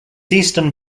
eastern